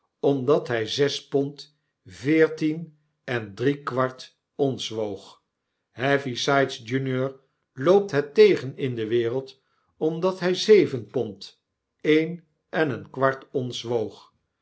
omdat hy zes pond veertien en drie kwart ons woog heavysides junior loopt het tegen in de wereld omdat hij zeven pond een en een kwart ons woog